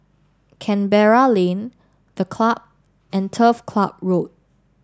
Canberra Lane The Club and Turf Ciub Road